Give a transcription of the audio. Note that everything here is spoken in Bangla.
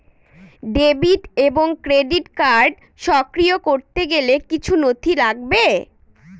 ডেবিট এবং ক্রেডিট কার্ড সক্রিয় করতে গেলে কিছু নথি লাগবে?